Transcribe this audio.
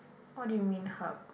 what do you mean hub